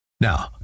Now